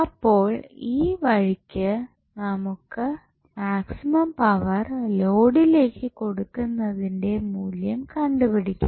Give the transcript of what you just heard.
അപ്പോൾ ഈ വഴിക്ക് നമുക്ക് മാക്സിമം പവർ ലോഡിലേക്ക് കൊടുക്കുന്നതിന്റെ മൂല്യം കണ്ടുപിടിക്കാം